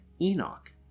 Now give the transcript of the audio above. Enoch